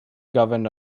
governed